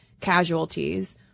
casualties